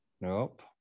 Nope